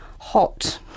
hot